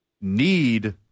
need